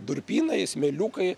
durpynai smėliukai